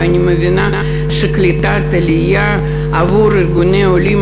ואני מבינה שקליטת עלייה עבור ארגוני העולים,